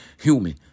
human